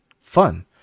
fun